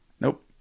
Nope